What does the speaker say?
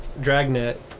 Dragnet